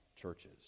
churches